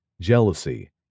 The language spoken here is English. jealousy